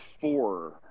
four